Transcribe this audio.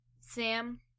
Sam